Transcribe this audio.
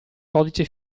codice